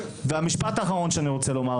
המשפט האחרון שאני רוצה לומר,